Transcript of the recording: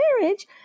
marriage